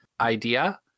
idea